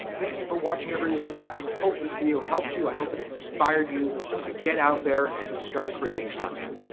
thank you for watching everyone. i hope this video helped you. i hope it inspired you to get out there and start creating content.